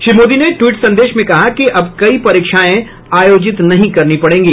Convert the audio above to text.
श्री मोदी ने ट्वीट संदेश में कहा कि अब कई परीक्षाएं आयोजित नहीं करनी पड़ेंगी